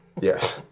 Yes